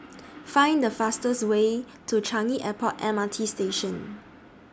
Find The fastest Way to Changi Airport M R T Station